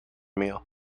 meal